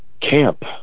camp